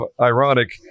ironic